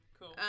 Cool